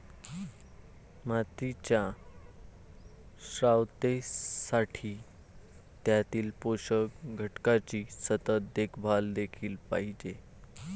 मातीच्या शाश्वततेसाठी त्यातील पोषक घटकांची सतत देखभाल केली पाहिजे